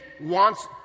wants